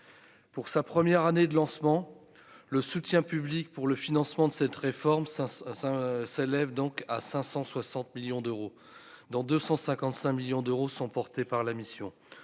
pour sa première année de lancement le soutien public pour le financement de cette réforme, ça ça s'élève donc à 560 millions d'euros dans 255 millions d'euros sont portés par la mission